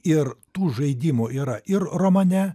ir tų žaidimų yra ir romane